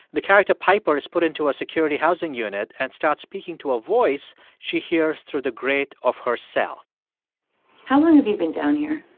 the character piper is put into a security housing unit and starts speaking to a voice she hears through the grate of her cell how long have you been down here?